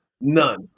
none